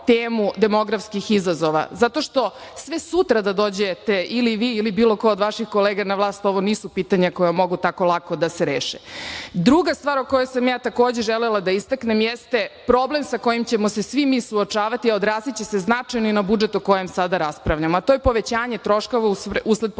temu demografskih izazova zato što sve sutra da dođete vi ili bilo ko od vaših kolega na vlast, ovo nisu pitanja koja mogu tako lako da se reše. Druga stvar o kojoj sam ja takođe želela da istaknem jeste problem sa kojim ćemo se svi mi suočavati a odraziće se značajno na budžet o kojem sada raspravljamo, a to je povećanje troškova usled povećanja